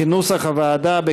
כנוסח הוועדה,